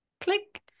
click